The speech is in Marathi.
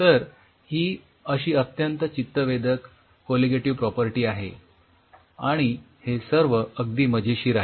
तर ही अशी अत्यंत चित्तवेधक कोलिगेटिव्ह प्रॉपर्टी आहे आणि हे सर्व अगदी मजेशीर आहे